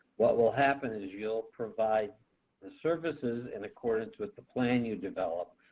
what will happen is you'll provide the services in accordance with the plan you develop.